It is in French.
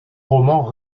romans